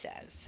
says